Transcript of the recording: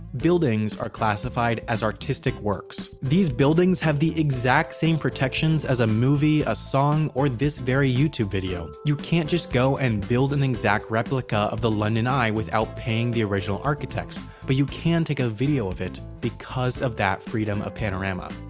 buildings are classified as artistic works. these buildings have the exact same protections as a movie, a song, or this very youtube video. you can't just go and build an exact replica of the london eye without paying the original architects, but you can take a video of it because of that freedom of panorama.